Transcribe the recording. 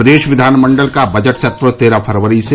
प्रदेश विधानमण्डल का बजट सत्र तेरह फरवरी से